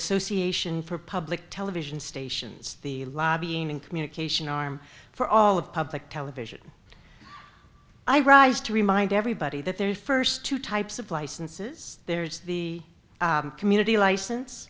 association for public television stations the lobbying and communication arm for all of public television i rise to remind everybody that their first two types of licenses there's the community license